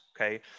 okay